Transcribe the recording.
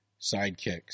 sidekicks